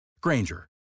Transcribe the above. Granger